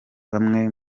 bumwe